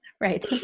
right